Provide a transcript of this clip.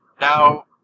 Now